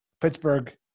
Pittsburgh